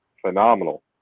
phenomenal